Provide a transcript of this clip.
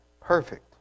perfect